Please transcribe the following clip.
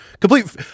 complete